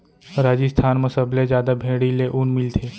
राजिस्थान म सबले जादा भेड़ी ले ऊन मिलथे